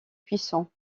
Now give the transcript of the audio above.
puissants